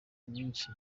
nyinshi